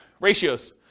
Ratios